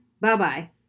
bye-bye